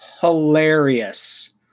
Hilarious